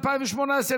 התשע"ח 2018,